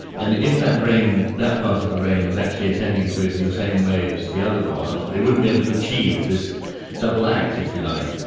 and if that brain, if that part of the brain was actually attending to it in the same way as the other part, they wouldn't be able to achieve this double act, if you like.